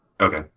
Okay